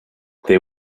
they